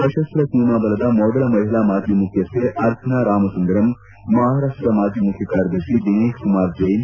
ಸಶಸ್ತ ಸೀಮಾಬಲದ ಮೊದಲ ಮಹಿಳಾ ಮಾಜಿ ಮುಖ್ಯಸ್ಥೆ ಆರ್ಚನಾ ರಾಮಸುಂದರಂ ಮಹಾರಾಷ್ಟದ ಮಾಜಿ ಮುಖ್ಯ ಕಾರ್ಯದರ್ತಿ ದಿನೇತ್ ಕುಮಾರ್ ಜೈನ್